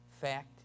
fact